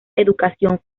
educación